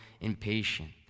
impatient